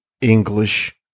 English